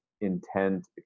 intent